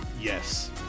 yes